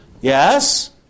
Yes